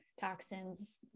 toxins